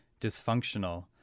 dysfunctional